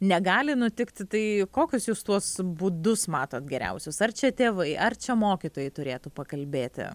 negali nutikti tai kokius jūs tuos būdus matot geriausius ar čia tėvai ar čia mokytojai turėtų pakalbėti